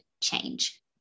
change